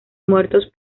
muertos